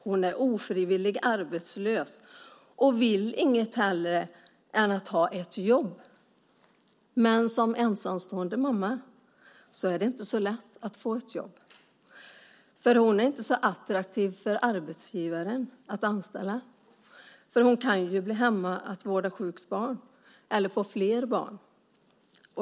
Hon är ofrivilligt arbetslös och vill inget hellre än att ha ett jobb. Men som ensamstående mamma är det inte så lätt att få ett jobb. Hon är inte så attraktiv att anställa för arbetsgivaren. Det kan ju hända att hon blir hemma för att vårda sjukt barn eller får flera barn.